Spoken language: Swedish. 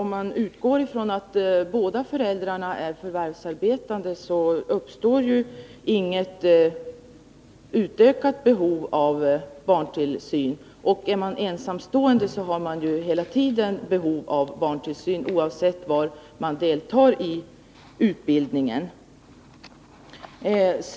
Om man utgår från att båda föräldrarna förvärvsarbetar, uppstår ju inget utökat behov av barntillsyn. Är man däremot ensamstående, har man hela tiden behov av barntillsyn, oavsett var man deltar i utbildning.